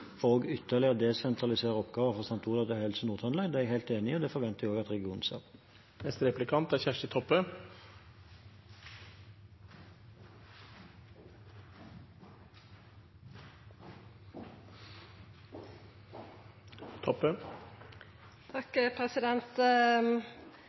for ytterligere å desentralisere oppgaver fra St. Olavs til Helse Nord-Trøndelag, er jeg helt enig i, og det forventer jeg at regionen